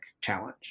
challenge